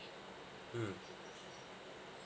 mm